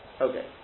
Okay